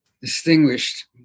distinguished